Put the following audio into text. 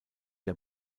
der